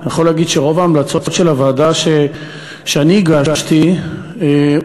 אני יכול להגיד שרוב ההמלצות של הוועדה שאני הגשתי אומצו,